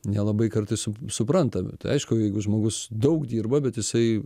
nelabai kartais supranta aišku jeigu žmogus daug dirba bet jisai